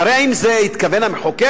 והרי האם לזה התכוון המחוקק?